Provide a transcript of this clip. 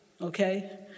okay